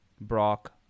Brock